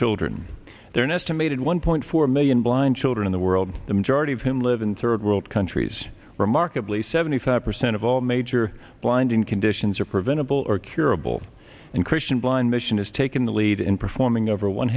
children there an estimated one point four million blind children in the world the majority of whom live in third world countries remarkably seventy five percent of all major blinding conditions are preventable or curable and christian blind mission is taking the lead in performing over one